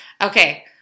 Okay